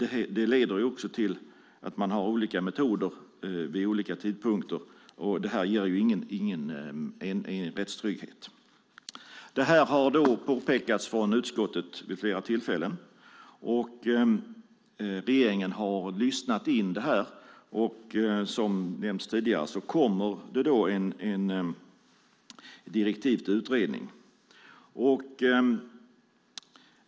Det leder också till att man har olika metoder vid olika tidpunkter. Det här ger ingen rättstrygghet. Detta har påpekats från utskottet vid flera tillfällen. Regeringen har lyssnat in det här, och som nämnts tidigare kommer det direktiv till en utredning.